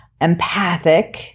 empathic